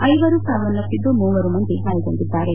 ಐವರು ಸಾವನ್ನಪ್ಪಿದ್ದು ಮೂವರು ಗಾಯಗೊಂಡಿದ್ದಾರೆ